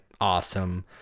Awesome